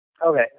Okay